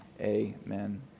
Amen